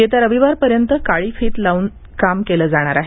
येत्या रविवारपर्यंत काळी फित लावून काम केले जाणार आहे